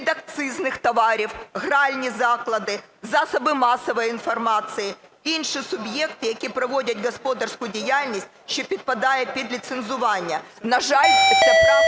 підакцизних товарів, гральні заклади, засоби масової інформації, інші суб'єкти, які провадять господарську діяльність, що підпадає під ліцензування. На жаль, ця правка